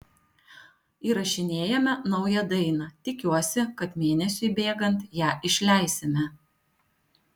įrašinėjame naują dainą tikiuosi kad mėnesiui bėgant ją išleisime